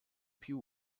più